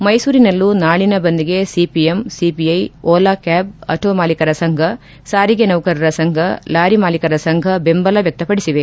ಮೈಸೂರಿನಲ್ಲೂ ನಾಳಿನ ಬಂದ್ಗೆ CPM CPI Ola cab auto ಮಾಲಿಕರ ಸಂಫ ಸಾರಿಗೆ ನೌಕರರ ಸಂಫ ಲಾರಿ ಮಾಲೀಕರ ಸಂಘ ಬೆಂಬಲ ವ್ಯಕ್ತಪಡಿಸಿದೆ